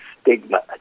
stigma